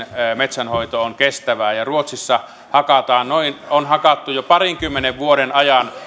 metsänhoito on kestävää ja ruotsissa on hakattu jo parinkymmenen vuoden ajan